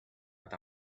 but